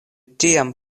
tiam